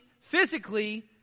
physically